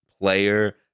player